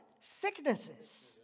Sicknesses